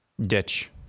Ditch